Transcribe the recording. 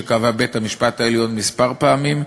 כפי שקבע בית-המשפט העליון כמה פעמים,